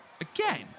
Again